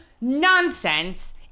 nonsense